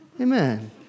Amen